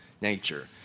nature